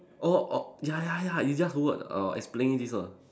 oh oh ya ya ya it's just word err explaining this word